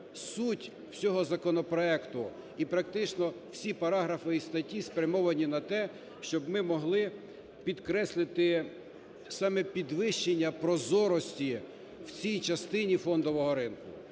суть всього законопроекту і практично всі параграфи і статті спрямовані на те, щоб ми могли підкреслити саме підвищення прозорості в цій частині фондового ринку.